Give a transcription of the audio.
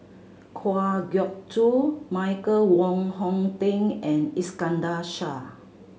Kwa Geok Choo Michael Wong Hong Teng and Iskandar Shah